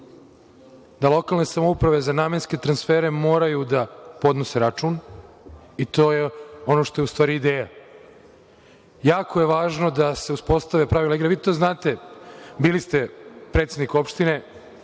da lokalne samouprave za namenske transfere moraju da podnose račun, i to je ono što je, u stvari, ideja. Jako je važno da se uspostave pravila igre. Vi to znate, bili ste predsednik opštine.